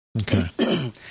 Okay